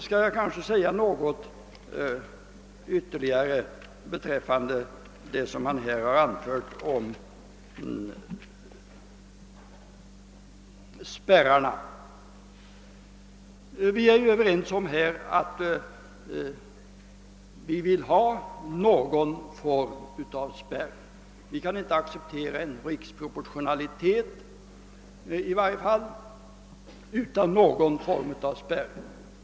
Låt mig också säga några ord med anledning av vad som anförts om spärrarna. Vi är ju överens om att vilja ha nå 30n form av spärr; vi kan i varje fall inte acceptera en riksproportionalitet utan något slags spärr.